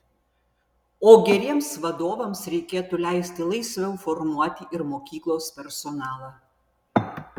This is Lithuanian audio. o geriems vadovams reikėtų leisti laisviau formuoti ir mokyklos personalą